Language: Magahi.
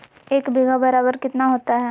एक बीघा बराबर कितना होता है?